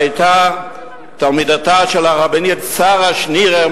היתה תלמידתה של הרבנית שרה שנירר,